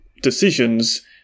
decisions